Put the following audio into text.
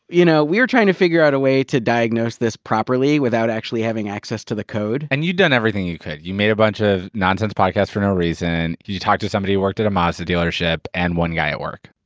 you know, we were trying to figure out a way to diagnose this properly without actually having access to the code. and you'd done everything you could. you made a bunch of nonsense podcasts for no reason. you talked to somebody who worked at a mazda dealership, and one guy at work.